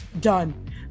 done